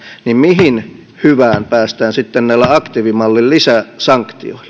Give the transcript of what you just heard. niin mihin hyvään päästään sitten näillä aktiivimallin lisäsanktioilla